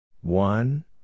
One